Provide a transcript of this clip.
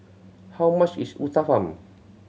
how much is Uthapam